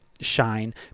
shine